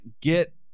get